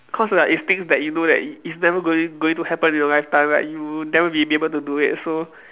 cause like it's things that you know that it it's never going going to happen in your lifetime like you'll never be able to do it so